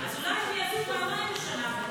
אז אולי יעשו פעמיים בשנה,